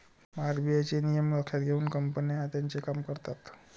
RBI चे नियम लक्षात घेऊन कंपन्या त्यांचे काम करतात